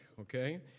okay